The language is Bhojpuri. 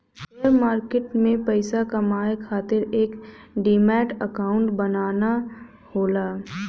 शेयर मार्किट में पइसा कमाये खातिर एक डिमैट अकांउट बनाना होला